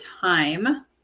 time